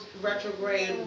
retrograde